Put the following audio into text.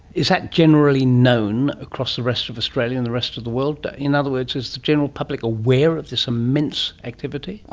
is that generally known across the rest of australia and the rest of the world? in other words, is the general public aware of this immense activity?